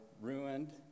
ruined